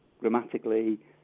grammatically